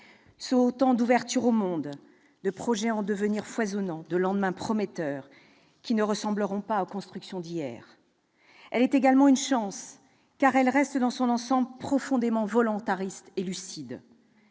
sont autant d'ouvertures au monde, de projets en devenir foisonnants, de lendemains prometteurs qui ne ressembleront pas aux constructions d'hier. Ensuite, elle reste, dans son ensemble, profondément volontariste et lucide.